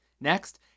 Next